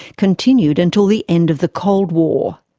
continued until the end of the cold war.